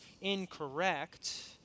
incorrect